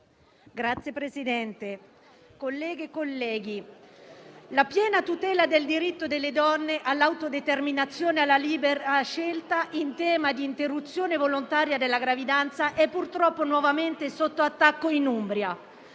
Signor Presidente, colleghe e colleghi, la piena tutela del diritto delle donne all'autodeterminazione e alla libera scelta in tema di interruzione volontaria della gravidanza è purtroppo nuovamente sotto attacco in Umbria.